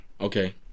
Okay